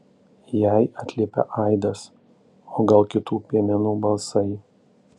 jai atliepia aidas o gal kitų piemenų balsai